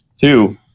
two